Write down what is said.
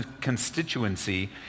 constituency